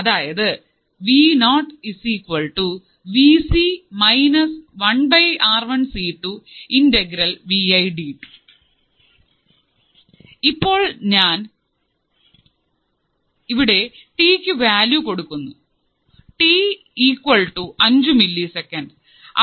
അതായത് V O സമം ഇപ്പോൾ ഞാൻ എവിടെ ടി കു വാല്യൂ കൊടുക്കുന്നു ടി ഈക്വൽ ടു അഞ്ചു മില്ലി സെക്കൻഡ്